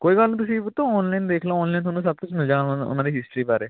ਕੋਈ ਗੱਲ ਨਹੀਂ ਤੁਸੀਂ ਪੁੱਤ ਓਨਲਾਈ ਦੇਖ ਲੋ ਓਨਲਾਈਨ ਤੁਹਾਨੂੰ ਸਭ ਕੁਛ ਮਿਲ ਜਾਣਾ ਉਹਨਾਂ ਉਹਨਾਂ ਦੀ ਹਿਸਟਰੀ ਬਾਰੇ